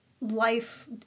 Life